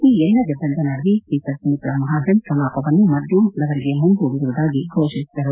ಈ ಎಲ್ಲ ಗದ್ದಲದ ನಡುವೆ ಸ್ವೀಕರ್ ಸುಮಿತ್ರಾ ಮಹಾಜನ್ ಕಲಾಪವನ್ನು ಮಧ್ಯಾಹ್ವದವರೆಗೆ ಮುಂದೂಡಿರುವುದಾಗಿ ಘೋಷಿಸಿದರು